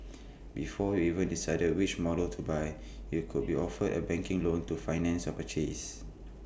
before you've even decided which models to buy you could be offered A banking loan to finance your purchase